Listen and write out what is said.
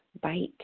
bite